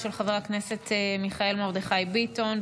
של חבר הכנסת מיכאל מרדכי ביטון,